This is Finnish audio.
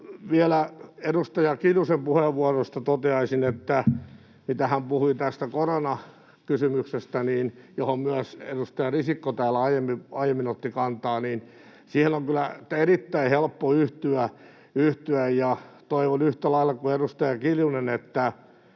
Vielä edustaja Kiljusen puheenvuorosta toteaisin, mitä hän puhui tästä koronakysymyksestä, johon myös edustaja Risikko täällä aiemmin otti kantaa, että siihen on kyllä erittäin helppo yhtyä. Toivon yhtä lailla kuin edustaja Kiljunen,